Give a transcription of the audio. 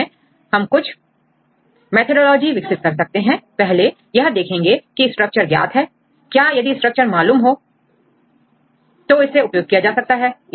इस केस में हम कुछ मेथाडोलॉजी विकसित कर सकते हैं पहले यह देखेंगे की स्ट्रक्चर ज्ञात है क्या यदि स्ट्रक्चर मालूम हो तो उसे उपयोग किया जा सकता है